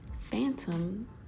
Phantom